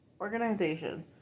organization